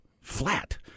flat